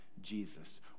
Jesus